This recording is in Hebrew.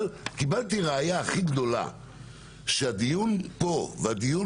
אבל קיבלתי את הראיה הכי חזקה שהדיון פה והדיון